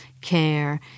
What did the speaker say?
care